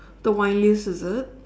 the wine list is it